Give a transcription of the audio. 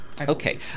Okay